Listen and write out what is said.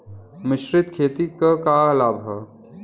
मिश्रित खेती क का लाभ ह?